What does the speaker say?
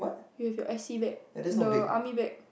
you'll have F_C bag no army bag